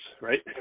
right